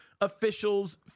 officials